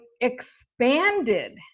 expanded